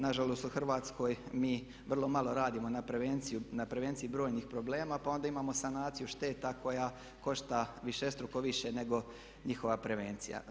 Nažalost, u Hrvatskoj mi vrlo malo radimo na prevenciji brojnih problema pa onda imamo sanaciju šteta koja košta višestruko više nego njihova prevencija.